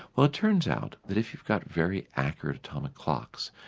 well, it turns out that if you've got very accurate atomic clocks,